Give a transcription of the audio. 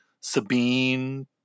Sabine